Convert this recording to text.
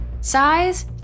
size